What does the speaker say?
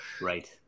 Right